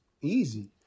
easy